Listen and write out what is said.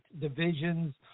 divisions